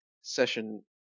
session